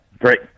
Great